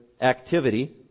activity